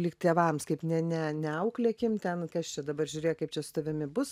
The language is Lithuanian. lyg tėvams kaip ne ne neauklėkim ten kas čia dabar žiūrėk kaip čia su tavimi bus